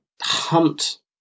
humped